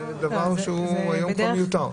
זה דבר שהיום הוא כבר מיותר.